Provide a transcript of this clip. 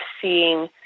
seeing